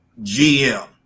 GM